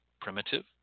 primitive